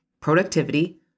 productivity